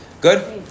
Good